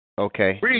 Okay